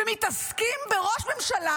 ומתעסקים בראש ממשלה,